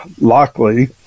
Lockley